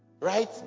right